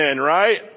Right